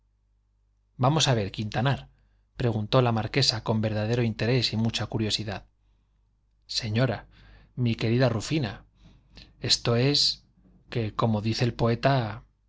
vamos a ver quintanar preguntó la marquesa con verdadero interés y mucha curiosidad señora mi querida rufina esto es que como dice el poeta